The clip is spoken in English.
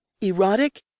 erotic